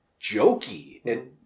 jokey